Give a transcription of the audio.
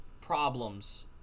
problems